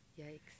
Yikes